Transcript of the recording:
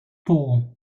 four